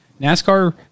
NASCAR